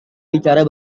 bicara